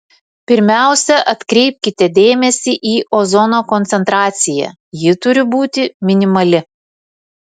pirmiausia atkreipkite dėmesį į ozono koncentraciją ji turi būti minimali